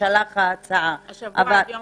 עד יום